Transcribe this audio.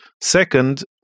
Second